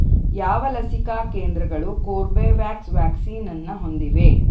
ಯಾವ ಲಸಿಕಾ ಕೇಂದ್ರಗಳು ಕೋರ್ಬೆವ್ಯಾಕ್ಸ್ ವ್ಯಾಕ್ಸೀನನ್ನು ಹೊಂದಿವೆ